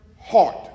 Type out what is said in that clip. heart